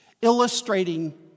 illustrating